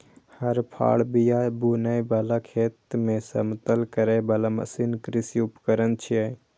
हर, फाड़, बिया बुनै बला, खेत कें समतल करै बला मशीन कृषि उपकरण छियै